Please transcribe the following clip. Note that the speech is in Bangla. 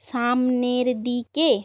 সামনের দিকে